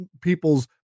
people's